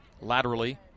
laterally